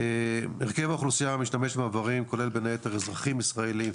הרכב האוכלוסייה משתמש מעברים כולל בין היתר אזרחים ישראלים,